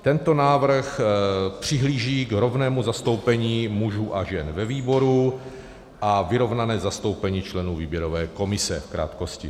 Tento návrh přihlíží k rovnému zastoupení mužů a žen ve výboru a vyrovnané zastoupení členů výběrové komise, v krátkosti.